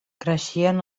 creixien